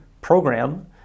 program